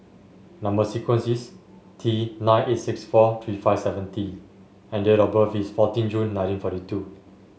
number sequence is T nine eight six four three five seven T and date of birth is fourteen June nineteen forty two